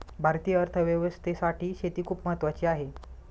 भारतीय अर्थव्यवस्थेसाठी शेती खूप महत्त्वाची आहे